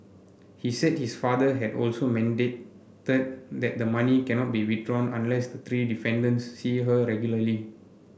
he said his father had also mandated that the money cannot be withdrawn unless the three defendants see her regularly